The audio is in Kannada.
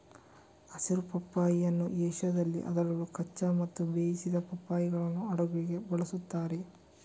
ಹಸಿರು ಪಪ್ಪಾಯಿಯನ್ನು ಏಷ್ಯಾದಲ್ಲಿ ಅದರಲ್ಲೂ ಕಚ್ಚಾ ಮತ್ತು ಬೇಯಿಸಿದ ಪಪ್ಪಾಯಿಗಳನ್ನು ಅಡುಗೆಗೆ ಬಳಸುತ್ತಾರೆ